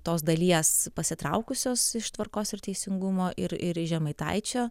tos dalies pasitraukusios iš tvarkos ir teisingumo ir ir iš žemaitaičio